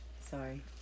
sorry